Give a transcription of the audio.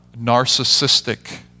narcissistic